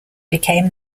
became